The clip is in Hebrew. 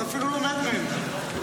נכון, אפילו לומד מהם.